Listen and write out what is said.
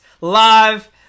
live